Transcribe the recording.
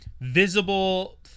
visible